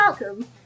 welcome